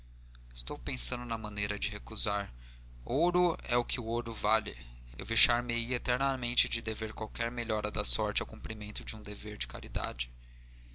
estou pensando na maneira de recusar ouro é o que ouro vale eu vexar me ia eternamente de dever qualquer melhora da sorte ao cumprimento de um dever de caridade